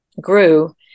grew